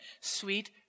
sweet